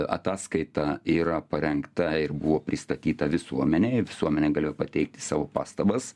ataskaita yra parengta ir buvo pristatyta visuomenei visuomenė galėjo pateikti savo pastabas